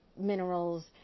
minerals